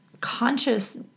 conscious